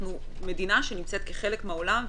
אנחנו מדינה כחלק מהעולם,